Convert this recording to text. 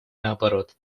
наоборот